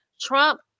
Trump